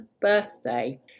birthday